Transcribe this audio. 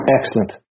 Excellent